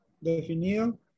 definido